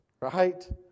Right